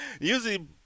Usually